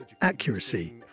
accuracy